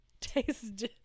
taste